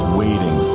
waiting